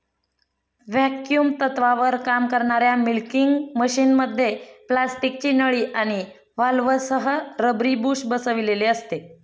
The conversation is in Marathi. व्हॅक्युम तत्त्वावर काम करणाऱ्या मिल्किंग मशिनमध्ये प्लास्टिकची नळी आणि व्हॉल्व्हसह रबरी बुश बसविलेले असते